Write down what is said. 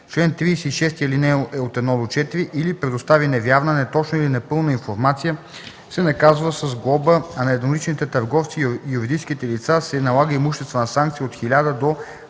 чл. 36, ал. 1-4 или предостави невярна, неточна или непълна информация, се наказва с глоба, а на едноличните търговци и юридическите лица се налага имуществена санкция от 1000 до 10